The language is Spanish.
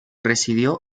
residió